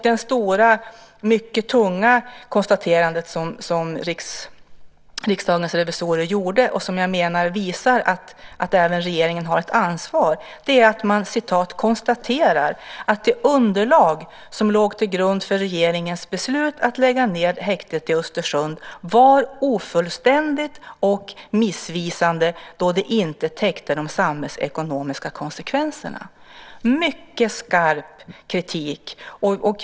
Det stora och mycket tunga konstaterandet som Riksdagens revisorer gjorde visar att även regeringen har ett ansvar. Man konstaterar: Det underlag som låg till grund för regeringens beslut att lägga ned häktet i Östersund var ofullständigt och missvisande då det inte täckte de samhällsekonomiska konsekvenserna. Det är mycket skarp kritik.